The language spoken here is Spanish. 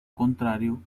contrario